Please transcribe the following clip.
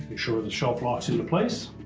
sure the shelf locks into place.